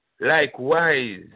likewise